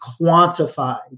quantified